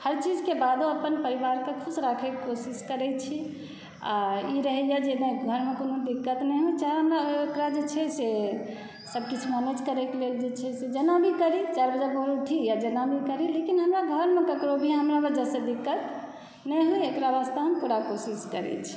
हर चीजके बादो अपन परिवारके खुश राखैके कोशिश करै छी आ ई रहैए जे नहि घरमे कोनो दिक्कत नहि होइ चाहे एकरा जे छै से सभ किछु मैनेज करैके लेल जे छै से जेना भी करी चारि बजे भोरमे करी या जेना भी करी हमरा घरमे केकरो भी हमरा वजह से दिक्कत नहि होइ एकरा वास्ते हम पूरा कोशिश करै छी